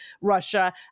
Russia